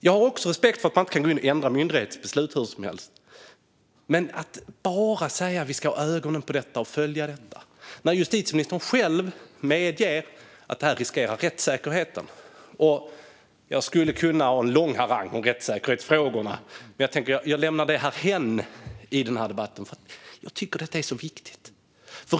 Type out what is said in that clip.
Jag har också respekt för att man inte kan gå in och ändra myndighetsbeslut hur som helst, men det räcker inte att bara säga att man ska hålla ögonen på och följa frågan när justitieministern själv medger att detta riskerar rättssäkerheten. Jag skulle kunna hålla en lång harang om rättssäkerhetsfrågorna, men jag tänker att jag lämnar dem därhän i denna debatt. Jag tycker nämligen att detta är så viktigt.